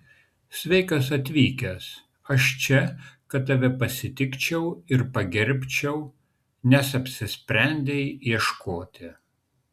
sveikas atvykęs aš čia kad tave pasitikčiau ir pagerbčiau nes apsisprendei ieškoti